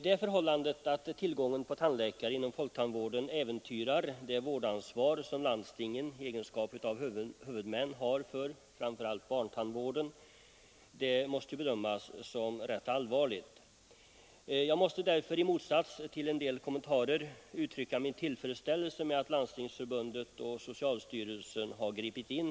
Det förhållandet att tillgången på tandläkare inom folktandvården äventyrar det vårdansvar som landstingen i egenskap av huvudmän har för framför allt barntandvården måste bedömas som mycket allvarligt. Jag måste därför, i motsats till en del andra kommentarer, uttrycka min tillfredsställelse med att Landstingsförbundet och socialstyrelsen har gripit in.